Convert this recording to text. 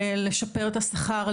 לשפר את השכר,